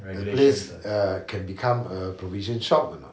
the place ya can become a provision shop or not